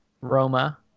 Roma